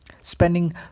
Spending